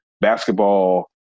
basketball